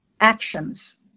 actions